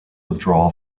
withdrawal